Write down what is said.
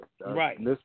Right